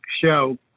show